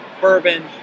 bourbon